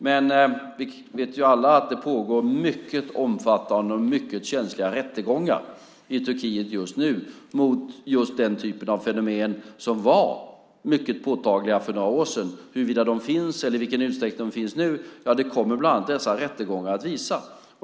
Vi vet alla att det pågår omfattande och känsliga rättegångar i Turkiet mot just den typ av fenomen som var mycket påtagliga för några år sedan. Huruvida de finns eller i vilken utsträckning de finns kommer bland annat dessa rättegångar att visa.